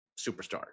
superstar